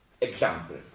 example